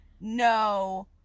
no-